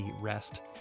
REST